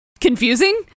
confusing